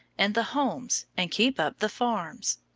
and the homes, and keep up the farms.